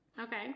Okay